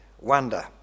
wonder